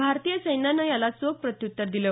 भारतीय सैन्यानं याला चोख प्रत्युत्तर दिलं